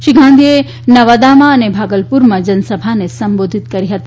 શ્રી ગાંધીએ નવાદામાં અને ભાગલપુરમાં જનસભાને સંબોધિત કરી હતી